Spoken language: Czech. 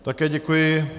Také děkuji.